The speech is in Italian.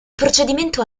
procedimento